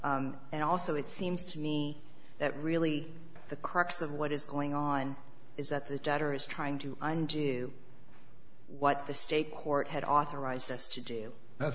y and also it seems to me that really the crux of what is going on is that the debtor is trying to undo what the state court had authorized us to do that